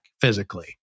physically